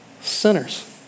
Sinners